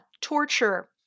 torture